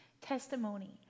testimony